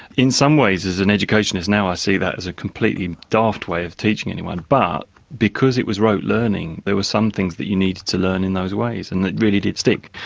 in some ways as an educationalist now i see that as a completely daft way of teaching anyone, but because it was rote learning there were some things that you needed to learn in those ways and it really did stick.